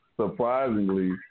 surprisingly